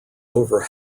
over